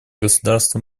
государство